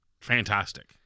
fantastic